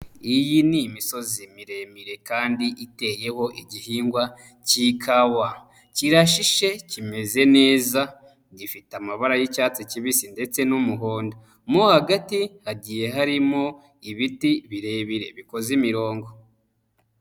Iyi ni imisozi miremire kandi iteyeho igihingwa cy'ikawa, kirashishe kimeze neza, gifite amabara y'icyatsi kibisi ndetse n'umuhondo. Mo hagati hagiye harimo ibiti birebire bikoze imirongo.